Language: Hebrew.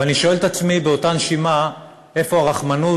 אבל אני שואל את עצמי באותה נשימה איפה הרחמנות